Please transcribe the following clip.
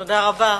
תודה רבה.